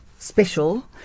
special